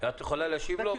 את יכולה להשיב לו?